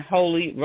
Holy